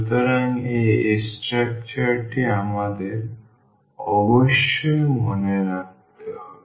সুতরাং এই স্ট্রাকচারটি আমাদের অবশ্যই মনে রাখতে হবে